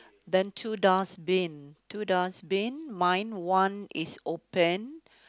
then two dustbin two dustbin mine one is open